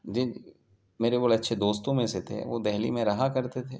جی میرے بڑے اچھے دوستوں میں سے تھے وہ دہلی میں رہا کرتے تھے